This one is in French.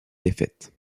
défaite